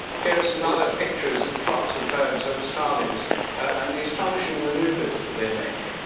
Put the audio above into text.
here are some other pictures of flocks of birds of starlings and the astonishing maneuvers that they make.